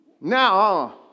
Now